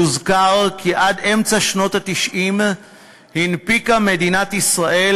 יוזכר כי עד אמצע שנות ה-90 הנפיקה מדינת ישראל